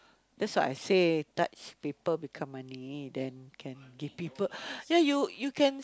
that's what I say touch paper become money then can give people ya you you can